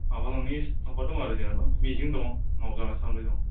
माबा लांनो माबा दं आरो जेनेबा मिजिं दं मावजागोन सानबाय दं